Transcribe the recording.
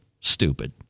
stupid